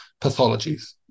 pathologies